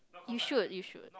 you should you should